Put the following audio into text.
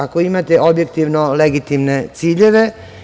Ako imate objektivno legitimne ciljeve.